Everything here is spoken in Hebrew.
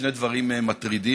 יש שני דברים מטרידים,